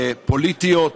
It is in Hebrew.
פוליטיות.